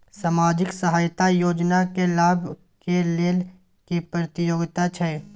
सामाजिक सहायता योजना के लाभ के लेल की योग्यता छै?